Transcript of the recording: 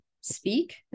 speak